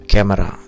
Camera